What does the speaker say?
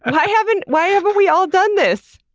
and why haven't why haven't we all done this?